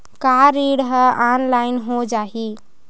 का ऋण ह ऑनलाइन हो जाही?